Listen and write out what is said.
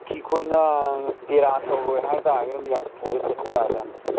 ꯀꯨꯀꯤ ꯈꯣꯏꯅ ꯕꯦꯔꯥ ꯇꯧꯔꯣꯏ ꯍꯥꯏꯇꯥꯔꯒꯗꯤ ꯃꯌꯥꯝ ꯄꯨꯔꯒ ꯆꯠꯄ ꯌꯥꯕ ꯌꯥꯠꯅꯤ